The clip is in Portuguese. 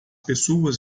pessoas